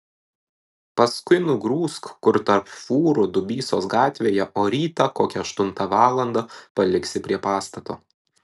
paskui nugrūsk kur tarp fūrų dubysos gatvėje o rytą kokią aštuntą valandą paliksi prie pastato